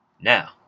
Now